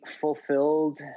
fulfilled